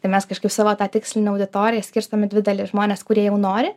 tai mes kažkaip savo tą tikslinę auditoriją skirstom į dvi dalis žmonės kurie jau nori